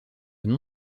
nom